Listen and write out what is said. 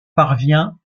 parvient